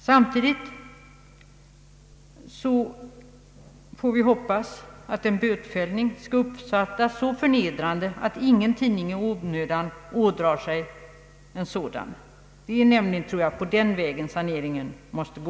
Samtidigt får vi hoppas att en bötfällning skall uppfattas som så förnedrande att ingen tidning i onödan ådrar sig en sådan. Det är, tror jag, på den vägen saneringen måste ske.